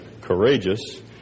courageous